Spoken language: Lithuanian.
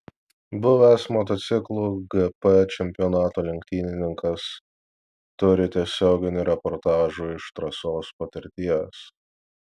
buvęs motociklų gp čempionatų lenktynininkas turi tiesioginių reportažų iš trasos patirties